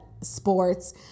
sports